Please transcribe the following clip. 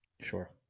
Sure